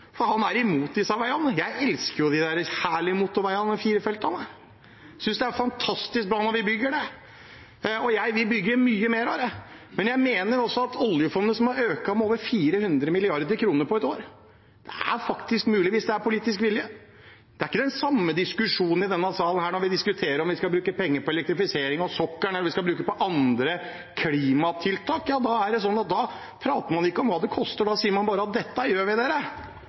for han er imot disse veiene. Jeg elsker jo de herlige motorveiene med firefelt. Jeg synes det er fantastisk bra når vi bygger det. Og jeg vil bygge mye mer av det. Jeg mener også at med oljefondet, som har økt med over 400 mrd. kr på et år – er det faktisk mulig hvis det er politisk vilje. Det er ikke den samme diskusjonen i denne salen når vi diskuterer om vi skal bruke penger på elektrifisering av sokkelen eller andre klimatiltak. Da prater man ikke om hva det koster, da sier man bare: Ja, dette gjør vi, dere,